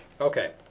Okay